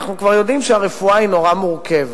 ואנחנו כבר יודעים שהרפואה היא נורא מורכבת,